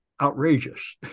outrageous